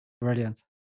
Brilliant